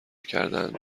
کردند